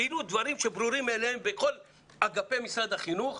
כאילו דברים שברורים מאליהם בכל אגפי משרד החינוך,